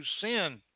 sin